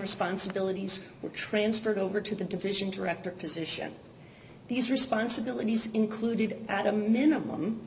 responsibilities were transferred over to the division director position these responsibilities included at a minimum